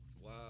Wow